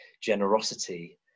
generosity